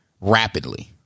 Rapidly